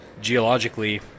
geologically